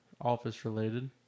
office-related